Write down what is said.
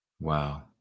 wow